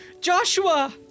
joshua